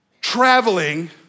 Traveling